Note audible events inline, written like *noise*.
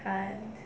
*noise*